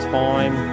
time